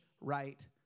right